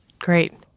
Great